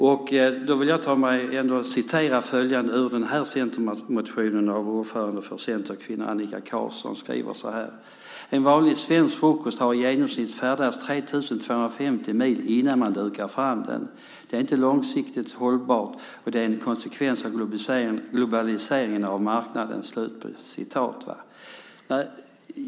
Jag vill framhålla ur centermotionen, skriven av ordföranden för Centerkvinnorna Annika Qarlsson: En vanlig svensk frukost har färdats i genomsnitt 3 250 mil innan den dukas fram. Det är inte långsiktigt hållbart, och det är en konsekvens av globaliseringen av marknaden.